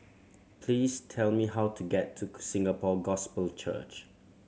please tell me how to get to Singapore Gospel Church